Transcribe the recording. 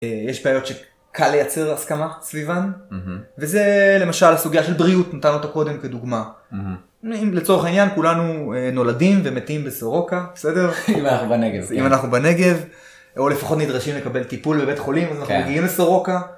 יש בעיות שקל לייצר הסכמה סביבן, וזה למשל הסוגיה של בריאות, נתנו אותה קודם כדוגמה. אם לצורך העניין כולנו נולדים ומתים בסורוקה, בסדר? אם אנחנו בנגב. אם אנחנו בנגב, או לפחות נדרשים לקבל טיפול בבית חולים, אז אנחנו מגיעים לסורוקה.